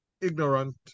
ignorant